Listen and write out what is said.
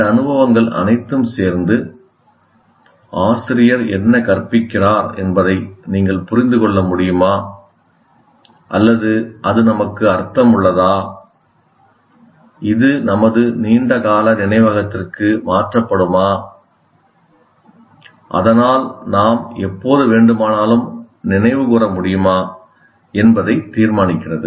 இந்த அனுபவங்கள் அனைத்தும் சேர்ந்து நீங்கள் பயன்படுத்த விரும்பும் எந்த வார்த்தையும் ஆசிரியர் என்ன கற்பிக்கிறார் என்பதை நீங்கள் புரிந்து கொள்ள முடியுமா அல்லது அது நமக்கு அர்த்தமுள்ளதா இது நமது நீண்டகால நினைவகத்திற்கு மாற்றப்படுமா அதனால் நாம் எப்போது வேண்டுமானாலும் நினைவுகூர முடியுமா என்பதை தீர்மானிக்கிறது